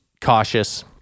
Cautious